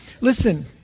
Listen